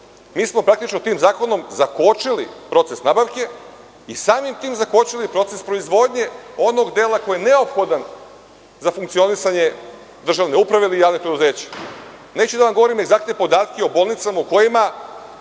Mi smo praktično tim zakonom zakočili proces nabavke i samim tim zakočili proces proizvodnje onog dela koji je neophodan za funkcionisanje državne uprave ili javnim preduzeća. Neću da vam govorim egzaktne podatke o bolnicama u kojima